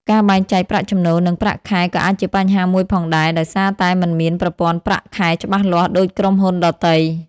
ការបែងចែក ប្រាក់ចំណូល និងប្រាក់ខែក៏អាចជាបញ្ហាមួយផងដែរ ដោយសារតែមិនមានប្រព័ន្ធប្រាក់ខែច្បាស់លាស់ដូចក្រុមហ៊ុនដទៃ។